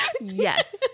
Yes